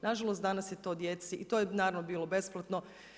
Na žalost danas je to djeci i to je naravno bilo besplatno.